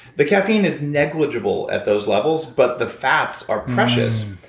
the caffeine is negligible at those levels, but the fats are precious.